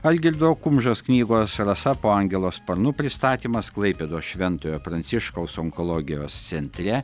algirdo kumžos knygos rasa po angelo sparnu pristatymas klaipėdos šventojo pranciškaus onkologijos centre